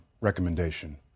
recommendation